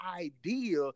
idea